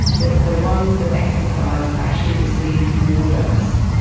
that the ones that exercised actually received more dose.